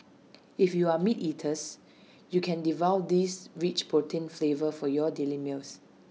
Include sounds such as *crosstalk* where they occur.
if you are meat eaters *noise* you can devour this rich protein flavor for your daily meals